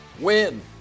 Win